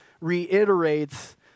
reiterates